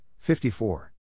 54